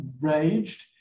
raged